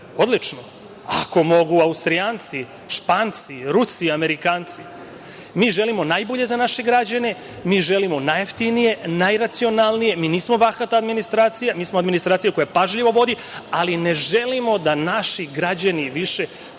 odlično, ako mogu Austrijanci, Španci, Rusi, Amerikanci, mi želimo najbolje za naše građane, mi želimo najjeftinije, najracionalnije. Mi nismo bahata administracija, mi smo administracija koja pažljivo vodi, ali ne želimo da naši građani više